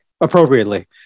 appropriately